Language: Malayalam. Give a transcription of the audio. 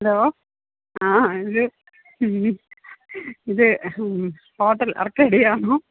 ഹലോ ആ ഇത് ഇത് ഹോട്ടല് അര്ക്കെടി ആന്നോ